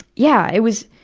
yeah. it was